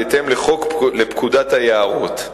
בהתאם לפקודת היערות.